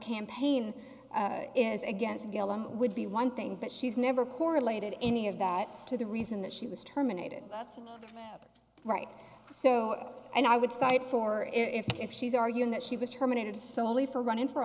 campaign is against gala would be one thing but she's never correlated any of that to the reason that she was terminated that's right so and i would cite for if she's arguing that she was terminated solely for running for